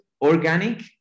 organic